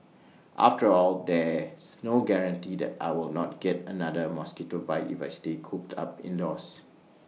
after all there's no guarantee that I will not get another mosquito bite if I stay cooped up indoors